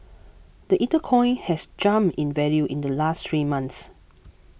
the Ether coin has jumped in value in the last three months